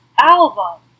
album